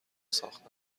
ساختن